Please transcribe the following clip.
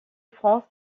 france